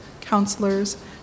counselors